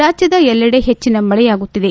ರಾಜ್ಯದ ಎಲ್ಲೆಡೆ ಹೆಚ್ಚನ ಮಳೆಯಾಗುತ್ತಿದೆ